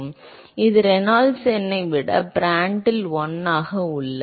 எனவே இது ரெனால்ட்ஸ் எண்ணை விட பிராண்டில் 1 ஆக உள்ளது